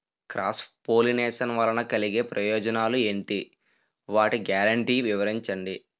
Cross pollination వలన కలిగే ప్రయోజనాలు ఎంటి? వాటి గ్యారంటీ వివరించండి?